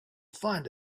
find